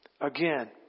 again